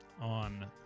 on